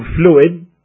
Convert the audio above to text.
fluid